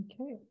Okay